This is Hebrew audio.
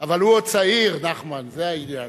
אבל הוא עוד צעיר, נחמן, זה העניין.